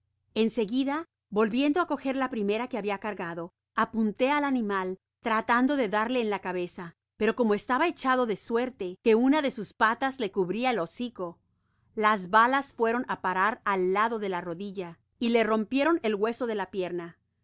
seguida volviendo á cojer la primera que habia cargado apunté al animal tratando de darle en la cabeza pero como estaba echado de suerte que una de sus patas le cubria el hocico las balas fueron á parar al lado de la rodilla y le rompieron el hueso de la pierna